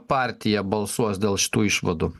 partija balsuos dėl šitų išvadų